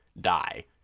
die